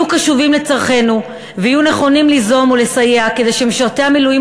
היו קשובים לצרכינו והיו נכונים ליזום ולסייע כדי שמשרתי המילואים